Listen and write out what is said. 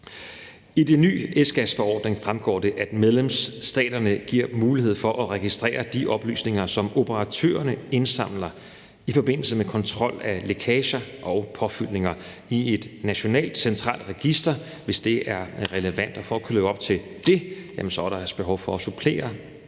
I den nye F-gasforordning fremgår det, at medlemsstaterne giver mulighed for at registrere de oplysninger, som operatørerne indsamler i forbindelse med kontrol af lækager og påfyldninger, i et nationalt centralt register, hvis det er relevant. Og for at kunne leve op til det, er der behov for at supplere